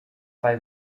bei